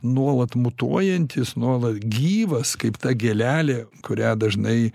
nuolat mutuojantis nuolat gyvas kaip ta gėlelė kurią dažnai